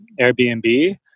Airbnb